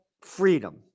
freedom